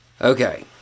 Okay